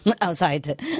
outside